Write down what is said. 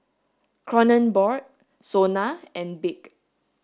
Kronenbourg SONA and BIC